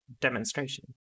demonstration